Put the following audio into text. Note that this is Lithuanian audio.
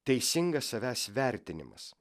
teisingas savęs vertinimas